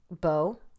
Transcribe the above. bow